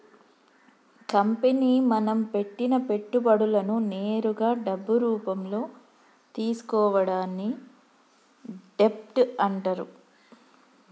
company మనం పెట్టిన పెట్టుబడులను నేరుగా డబ్బు రూపంలో తీసుకోవడాన్ని డెబ్ట్ అంటరు